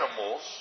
animals